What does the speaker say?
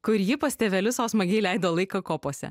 kur ji pas tėvelius sau smagiai leido laiką kopose